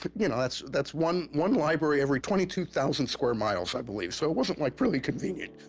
but you know, that's that's one one library every twenty two thousand square miles i believe. so wasn't like really convinient.